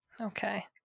Okay